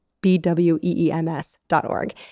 B-W-E-E-M-S.org